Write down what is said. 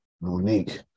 Monique